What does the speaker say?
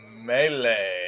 melee